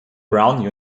brown